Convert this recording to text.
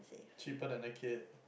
cheaper than a kid